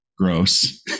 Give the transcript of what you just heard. Gross